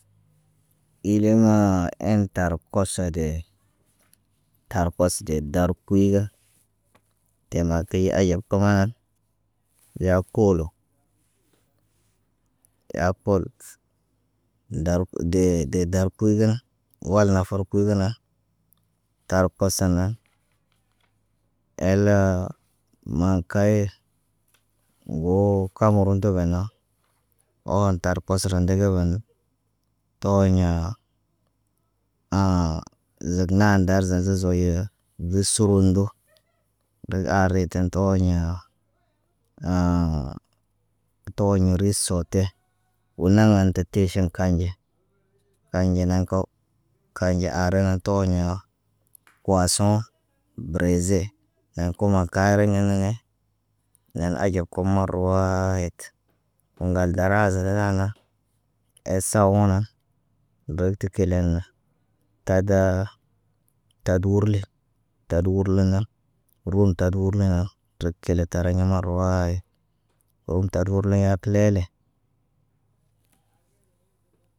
Ile maa en tar kosode. Tar kos ɟe dar kuyu ga temaki aɟab kə man ya koolo, ya kolo. Ndal kə dee, de dal ku ge na, wal nafar kuyu gena. Tar koso nan, el maan kay woo kamerun tə bena, oon tar kosoro ndege banu tooɲaa. zəg naa ndar zazə zoyo bur sunduru. Ɗə arete tə ooɲõ. toɲ ris soote wo naŋga tə tiʃiŋg kanɟe. Aɲena ko kanɟe arə na tooɲõ puwasõ bəreze. Ɲeŋg koma kare ɲen neŋge. Nen aɟab ko marawaayit. Ŋgal daraza tə naaŋga, el sawo nan dər tə keleɲa. Taɗ, taɗ wirle taɗ wirle ŋga rum taɗ wirle na, təret kile tariɲa marawaayit. Wum taɗ wirle ya ki lele.